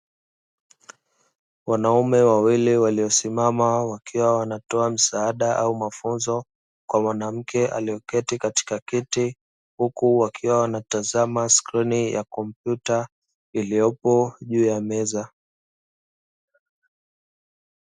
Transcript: Wanaume wawili waliosimama wakiwa wanatoa msaada au mafunzo, kwa mwanamke aliyeketi katika kiti huku wakiwa wanatazama skrini ya kompyuta iliyopo juu ya meza.